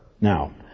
Now